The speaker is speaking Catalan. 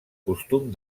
costum